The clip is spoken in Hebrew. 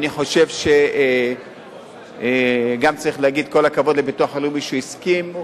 אני חושב שגם צריך להגיד כל הכבוד לביטוח לאומי שהסכימו,